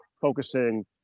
focusing